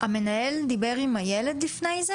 המנהל דיבר עם הילד לפני זה?